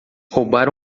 roubar